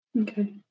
Okay